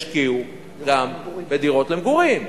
ישקיעו גם בדירות למגורים.